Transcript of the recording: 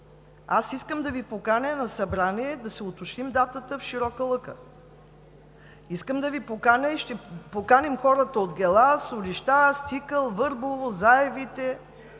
Аз искам да Ви поканя на събрание, да си уточним датата, в Широка лъка. Искам да Ви поканя, и ще поканим хората от Гела, Солища, Стикъл, Върбово, Заевите